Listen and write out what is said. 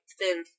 thin